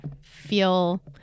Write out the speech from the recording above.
feel